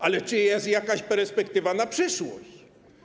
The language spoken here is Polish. Ale czy jest jakaś perspektywa na przyszłość?